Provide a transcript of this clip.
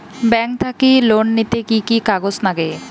Bank থাকি loan নিতে কি কি কাগজ নাগে?